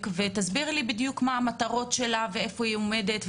ותסבירי בדיוק מה המטרות שלה ואיפה היא עומדת,